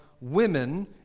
women